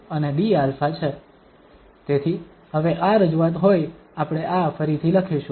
તેથી હવે આ રજૂઆત હોય આપણે આ ફરીથી લખીશું